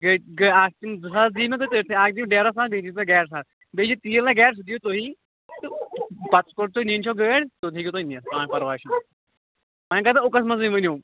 گٔے گٔے اَکھ تِم زٕ ساس دِیِو تُہۍ مےٚ سٲرۍسٕے اکھ دِیِو ڈرٛایورَس ساس بیٚیہِ دِیِو تُہۍ گاڑِ ساس بیٚیہِ یہِ تیٖل لگہِ گاڑِ سُہ دِیِو تُہی تہٕ پتہٕ کوٚت تۄہہِ نِنۍ چھَو گٲڑۍ توٚت ہیٚکِو تُہۍ نِتھ کانٛہہ پَرواے چھُنہٕ وۅنۍ اَگر تُہۍ اوٗکس منٛزٕے ؤنِو